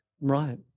Right